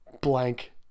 blank